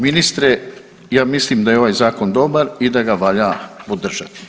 Ministre, ja mislim da je ovaj zakon dobar i da ga valja podržati.